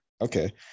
Okay